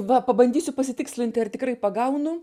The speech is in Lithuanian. va pabandysiu pasitikslinti ar tikrai pagaunu